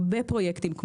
הרבה פרויקטים הוקפאו,